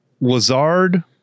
Lazard